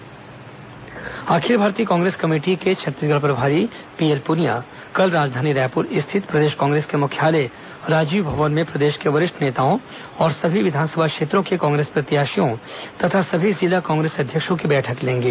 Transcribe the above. PL Punia दौरा अखिल भारतीय कांग्रेस कमेटी के छत्तीसगढ़ प्रभारी पीएल पुनिया कल राजधानी रायपुर स्थित प्रदेश कांग्रेस के मुख्यालय राजीव भवन में प्रदेश के वरिष्ठ नेताओं सभी विधानसभा क्षेत्रों के कांग्रेस प्रत्याशियों और सभी जिला कांग्रेस अध्यक्षों की बैठक लेंगे